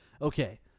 Okay